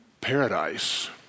paradise